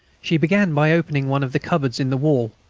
she began by opening one of the cupboards in the wall,